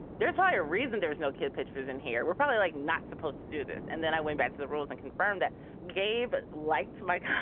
there's a ah reason there's no kid pitches in here. we're probably like not supposed to do this. and then i went back to the rules and confirmed that gabe liked mike